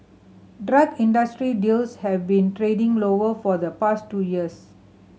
drug industry deals have been trending lower for the past two years